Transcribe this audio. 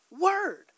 word